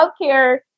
healthcare